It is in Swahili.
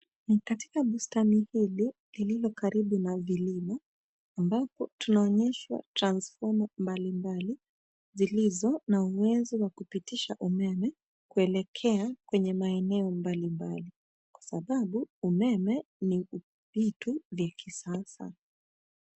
Ni katika bustani hili lililo karibu na vilima ambapo tunaonyeshwa transfoma mbalimbali zilizo na uwezo wa kupitisha umeme kuelekea kwenye maeneo mbalimbali kwa sababu umeme ni vitu vya kisasa.